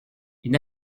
une